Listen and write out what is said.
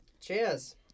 Cheers